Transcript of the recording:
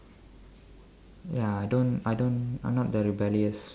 ya I don't I don't I'm not that rebellious